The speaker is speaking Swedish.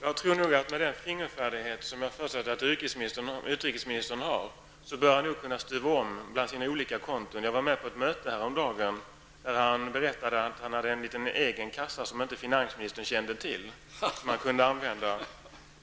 Herr talman! Med den fingerfärdighet som jag föreställer mig att utrikesministern har bör han nog kunna stuva om mellan sina konton. Jag var med på ett möte häromdagen, när utrikesministern berättade att han har en egen liten kassa som finansministern inte känner till.